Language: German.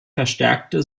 verstärkte